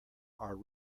are